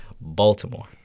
Baltimore